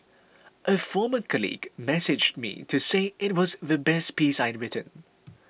a former colleague messaged me to say it was the best piece I'd written